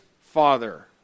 Father